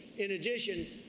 in addition,